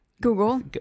Google